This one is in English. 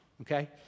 okay